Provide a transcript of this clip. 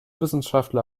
wissenschaftler